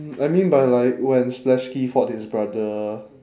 I mean by like when splashske fought his brother